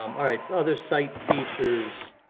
um all right, other site features.